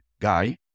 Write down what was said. guy